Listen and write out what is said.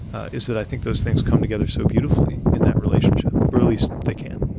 is that i think those things come together so beautifully in that relationship, or at least they can